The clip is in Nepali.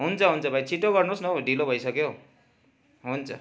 हुन्छ हुन्छ भाइ छिटो गर्नु होस् न हो ढिलो भइसक्यो हौ हुन्छ